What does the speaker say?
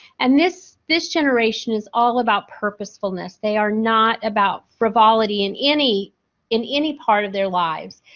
and, this this generation is all about purposefulness. they are not about frivolity in any in any part of their lives.